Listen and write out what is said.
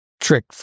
trick